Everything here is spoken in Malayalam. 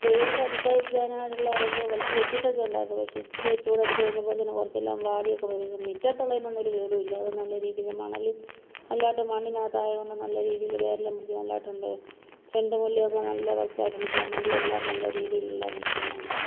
വെയിലടിക്കാതിരിക്കാനായിട്ടുള്ളതൊക്കെ വലിച്ച് കെട്ടിയിട്ടൊക്കെ ഉണ്ടായിരുന്നു പക്ഷേ ഇച്ചിരി ചൂടടിച്ച് കഴിഞ്ഞപ്പോഴത്തേക്കും കുറച്ചെല്ലാം വാടിയൊക്കെ പോയിരിന്നു മുറ്റത്തുള്ളതിനൊന്നും ഒരു കേടുമില്ല അതു നല്ല രീതിയിൽ മണൽ നല്ലതായിട്ട് മണ്ണിനകത്തായതുകൊണ്ട് നല്ല രീതിയിൽ വേരെല്ലാം പിടിച്ചു നല്ലതായിട്ടുണ്ട് ചെണ്ടുമുല്ലയൊക്കെ നല്ല ഫസ്റ്റായിട്ടുണ്ട് ജമന്തിയെല്ലാം നല്ല രീതിലെല്ലാം നിൽക്കുന്നും ഉണ്ട്